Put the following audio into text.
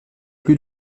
plus